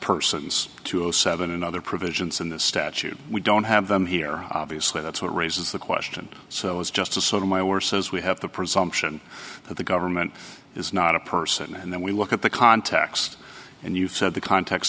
persons to zero seven and other provisions in this statute we don't have them here obviously that's what raises the question so it's just a sort of my where says we have the presumption that the government is not a person and then we look at the context and you said the context